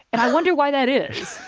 and i wonder why that is